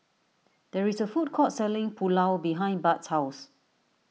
there is a food court selling Pulao behind Bud's house